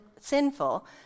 sinful